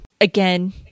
Again